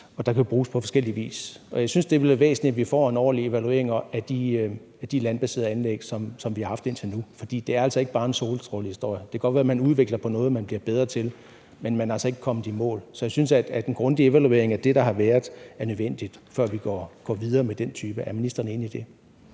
og som kan bruges på forskellig vis. Og jeg synes, det vil være væsentligt, at vi får en ordentlig evaluering af de landbaserede anlæg, som vi har haft indtil nu, for det er altså ikke bare en solstrålehistorie. Det kan godt være, at man udvikler på noget, man bliver bedre til, men man er altså ikke kommet i mål. Så jeg synes, at det er nødvendigt med en grundig evaluering af det, der har været, før vi går videre med den type. Er ministeren enig i det?